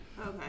Okay